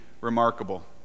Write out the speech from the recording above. remarkable